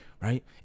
right